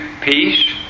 peace